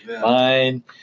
fine